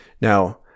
Now